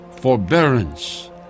forbearance